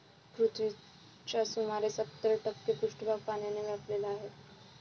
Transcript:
पृथ्वीचा सुमारे सत्तर टक्के पृष्ठभाग पाण्याने व्यापलेला आहे